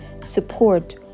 support